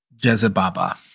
Jezebaba